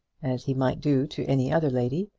as he might do to any other lady,